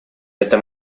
это